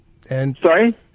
Sorry